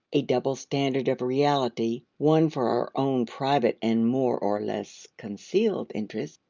a double standard of reality, one for our own private and more or less concealed interests,